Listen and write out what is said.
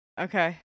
Okay